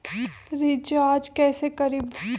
Recharge कैसे करीब?